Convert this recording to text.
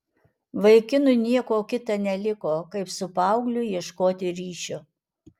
vaikinui nieko kita neliko kaip su paaugliu ieškoti ryšio